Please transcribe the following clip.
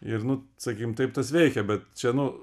ir nu sakykim taip tas veikia bet čia nu